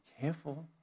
careful